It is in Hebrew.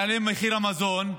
יעלה מחיר המזון.